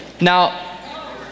now